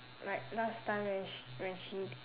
like last time when sh~ when she